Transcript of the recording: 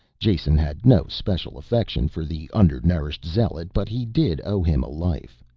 jason had no special affection for the under-nourished zealot, but he did owe him a life.